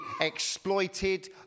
exploited